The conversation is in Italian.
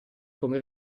come